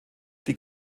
die